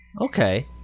Okay